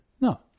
No